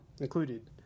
included